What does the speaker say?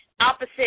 opposite